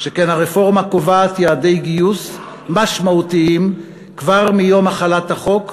שכן הרפורמה קובעת יעדי גיוס משמעותיים כבר מיום החלת החוק,